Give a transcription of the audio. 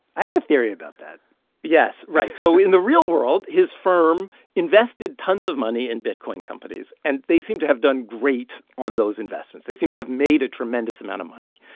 i have a theory about that yes, right. so in the real world, his firm invested tons of money in bitcoin companies. and they seem to have done great on those investments. they seem to have made a tremendous amount of money.